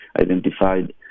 identified